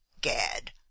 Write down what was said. Gad